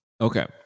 Okay